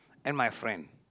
and my friend